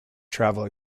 travel